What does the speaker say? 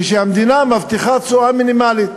כשהמדינה מבטיחה תשואה מינימלית,